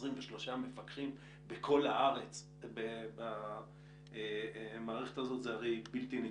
23 מפקחים בכל הארץ במערכת הזאת זה בלתי נתפס.